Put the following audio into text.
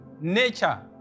nature